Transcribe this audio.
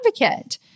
advocate